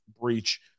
breach